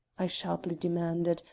i sharply demanded,